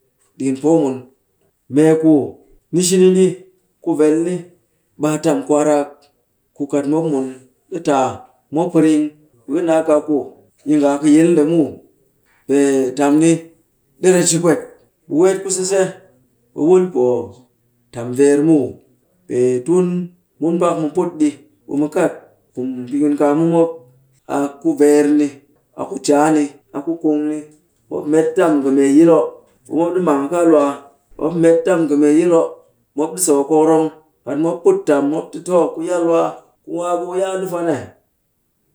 Ɗikin poo mun, mee ku ni shi ni ɗi, ku vel ni, ɓe a tam kwaarak. Ku kat mop mun ɗi taa, mop piring, ɓe ka ka naa kaaku yi nga a kɨ yil nde muw. Pee tam ni, ɗi ret shi pwet. Weet ku sise, ɓe wul poo tam veer muw. Pee tun mun pak mu put ɗi, ɓe mu kat kum pikinkaam mu mop, a ku veer ni, a ku caa ni, a ku kung ni. Mop met tam a kɨ mee yil oh, ɓe mop ɗi mang a kaa lwaa. Mop met tam kɨ mee yil oh, mop ɗi so a kokorong. Kat mop put tam, mop te too, ku yaa lwaa, ku waa ɓe ku yaa dufwan eh.